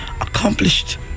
accomplished